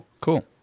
Cool